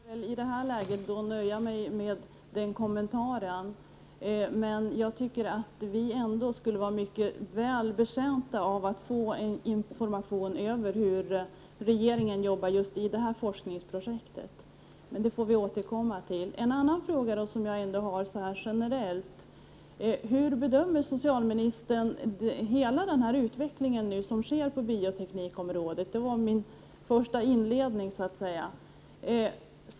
Herr talman! Jag får väl i det här läget nöja mig med den kommentaren. Men jag tycker att vi ändå skulle vara mycket betjänta av att få information om hur regeringen arbetade i just detta forskningsprojekt. Men det får vi återkomma till. Jag har en annan fråga rent generellt. Hur bedömer socialministern hela den utveckling som sker på bioteknikområdet? Det var detta jag tog upp inledningsvis.